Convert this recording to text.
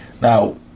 Now